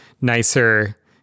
nicer